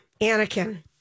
Anakin